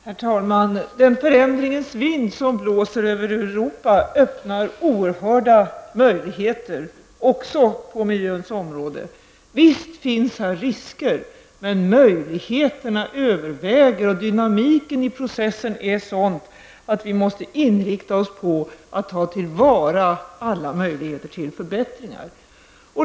Herr talman! Den förändringens vind som blåser över Europa öppnar oerhörda möjligheter också på miljöns område. Visst finns här risker, men möjligheterna överväger, och dynamiken i processen är sådan att vi måste inrikta oss på att ta till vara alla möjligheter till förbättringar.